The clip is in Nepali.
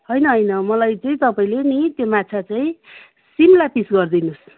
होइन होइन मलाई त्यही तपाईँले नि त्यो माछा चाहिँ सिमला पिस गरिदिनु होस्